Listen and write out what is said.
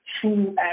true